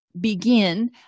begin